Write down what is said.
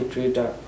Twitter